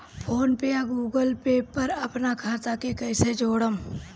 PhonePe या Google Pay पर अपना खाता के कईसे जोड़म?